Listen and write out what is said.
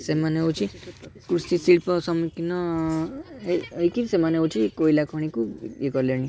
ସେମାନେ ହେଉଛି କୃଷି ଶିଳ୍ପ ସମ୍ମୁଖୀନ ହେଇକି ସେମାନେ ହେଉଛି କୋଇଲା ଖଣିକୁ ଇଏ କଲେଣି